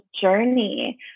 journey